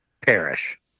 perish